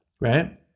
right